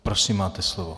Prosím, máte slovo.